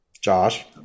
josh